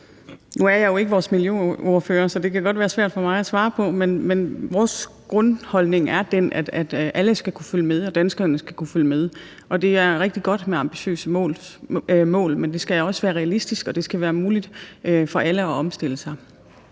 Nu er jeg jo ikke vores miljøordfører, så det kan godt være svært for mig at svare på det, men vores grundholdning er den, at alle skal kunne følge med, og at danskerne skal kunne følge med. Det er rigtig godt med ambitiøse mål, men det skal også være realistisk, og det skal være muligt for alle at omstille sig.